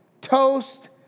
toast